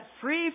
free